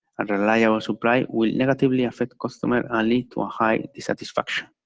unreliable supply will negatively affect customer and lead to ah high dissatisfaction.